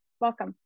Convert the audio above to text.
Welcome